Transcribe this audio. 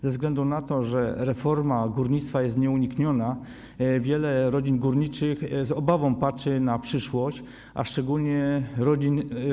Ze względu na to, że reforma górnictwa jest nieunikniona, wiele rodzin górniczych żyjących na Śląsku z obawą patrzy w przyszłość, a szczególnie rodzin.